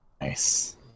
nice